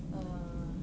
err